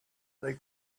they